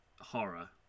horror